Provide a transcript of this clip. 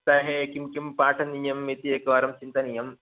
सप्ताहे किं किं पाठनीयम् इति एकवारं चिन्तनीयम्